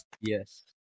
Yes